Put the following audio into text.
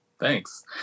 Thanks